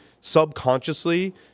subconsciously